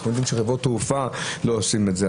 אנחנו יודעים שחברות תעופה לא עושות את זה.